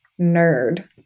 nerd